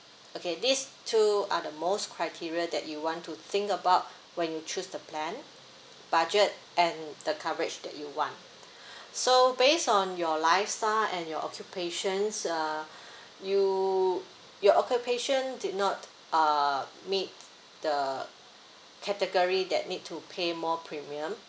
okay these two are the most criteria that you want to think about when you choose the plan budget and the coverage that you want so based on your lifestyle and your occupations uh you your occupation did not uh meet the category that need to pay more premium